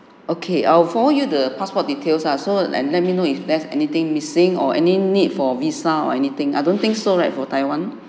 okay I will forward you the passport details ah so and let me know if there's anything missing or any need for visa or anything I don't think so right for taiwan